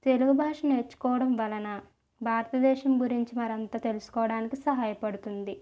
తెలుగు భాష నేర్చుకోవడం వలన భారత దేశం గురించి మరంత తెలుసుకోవడానికి సహాయపడుతుంది